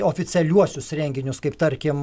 oficialiuosius renginius kaip tarkim